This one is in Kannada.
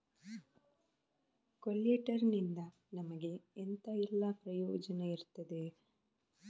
ಕೊಲ್ಯಟರ್ ನಿಂದ ನಮಗೆ ಎಂತ ಎಲ್ಲಾ ಪ್ರಯೋಜನ ಇರ್ತದೆ?